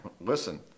Listen